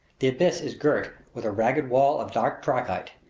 the abyss is girt with a ragged wall of dark trachyte,